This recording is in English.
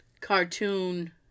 cartoon